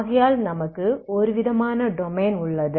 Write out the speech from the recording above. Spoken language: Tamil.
ஆகையால் நமக்கு ஒரு விதமான டொமைன் உள்ளது